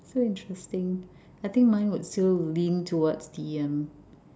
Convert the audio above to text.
so interesting I think mine would still lean towards the um